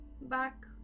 back